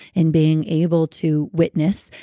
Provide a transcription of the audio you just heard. in being able to witness,